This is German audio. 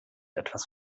etwas